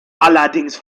allerdings